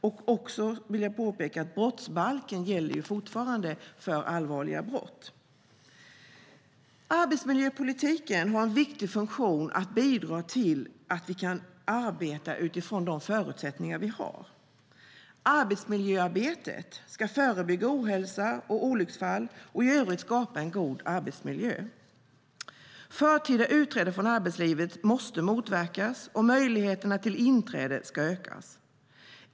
Jag vill också påpeka att brottsbalken fortfarande gäller för allvarliga brott. Arbetsmiljöpolitiken har en viktig funktion att bidra till att vi kan arbeta utifrån de förutsättningar vi har. Arbetsmiljöarbetet ska förebygga ohälsa och olycksfall och i övrigt skapa en god arbetsmiljö. Förtida utträde från arbetslivet måste motverkas, och möjligheterna till inträde ska ökas.